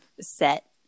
set